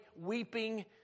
weeping